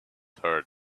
heard